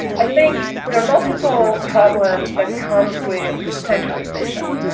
i think the multiple problems that comes with centralization.